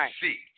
see